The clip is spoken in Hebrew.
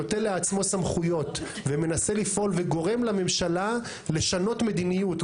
שנותן לעצמו סמכויות ומנסה לפעול וגורם לממשלה לשנות מדיניות.